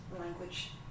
language